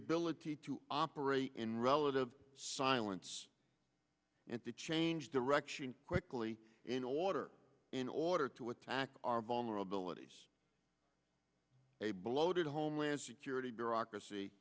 ability to operate in relative silence and to change direction quickly in order in order to attack our vulnerabilities a bloated homeland security bureaucracy